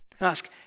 Ask